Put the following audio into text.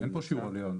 אין פה שיעור עלייה.